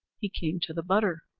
he came to the butter.